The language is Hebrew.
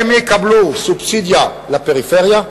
הם יקבלו סובסידיה לפריפריה,